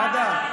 תודה.